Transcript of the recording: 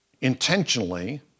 intentionally